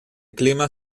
clima